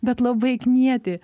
bet labai knieti